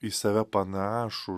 į save panašų